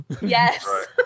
Yes